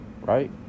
right